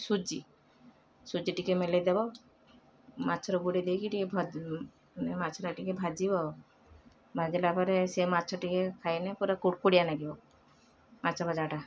ସୁଜି ସୁଜି ଟିକେ ମେଲେଇ ଦେବ ମାଛର ବୁଡ଼େଇ ଦେଇକି ଟିକେ ଭା ମାନେ ମାଛଟା ଟିକେ ଭାଜିବ ଭାଜିଲା ପରେ ସିଏ ମାଛ ଟିକେ ଖାଇନେ ପୁରା କୁଡ଼ୁକୁଡ଼ିଆ ନାଗିବ ମାଛ ଭଜାଟା